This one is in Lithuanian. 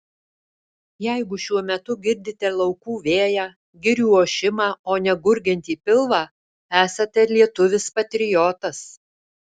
jeigu šiuo metu girdite laukų vėją girių ošimą o ne gurgiantį pilvą esate lietuvis patriotas